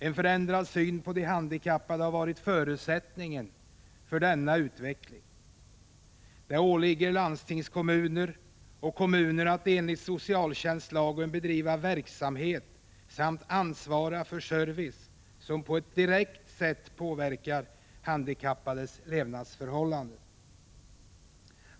En förändrad syn på de handikappade har varit förutsättningen för denna utveckling. Det åligger landstingskommuner och kommuner att enligt socialtjänstlagen bedriva verksamhet samt ansvara för service som på ett direkt sätt påverkar handikappades levnadsförhållanden.